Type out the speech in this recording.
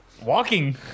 walking